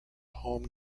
home